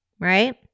right